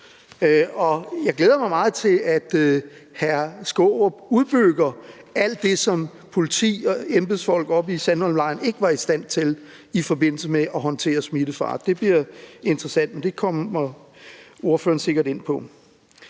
Jeg glæder mig meget til, at hr. Peter Skaarup udbygger alt det, som politi og embedsfolk oppe i Sandholmlejren ikke var i stand til i forbindelse med at håndtere smittefare. Det bliver interessant, men det kommer ordføreren sikkert ind på.